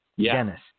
Dennis